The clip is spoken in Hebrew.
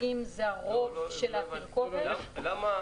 אם זה הרוב של התרכובת --- לא הבנתי.